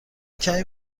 کمی